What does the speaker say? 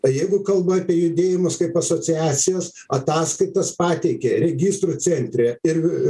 na jeigu kalba apie judėjimus kaip asociacijas ataskaitas pateikia registrų centre ir